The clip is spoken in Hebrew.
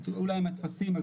אולי עם הטפסים,